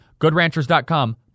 GoodRanchers.com